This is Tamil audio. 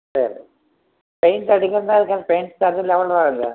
சரி பெயிண்ட் அடிக்கணும்னா அதுக்கான பெயிண்ட்ஸ் சார்ஜ் எவ்வளோ ருபாய் ஆகும்ங்க